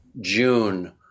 June